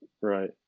Right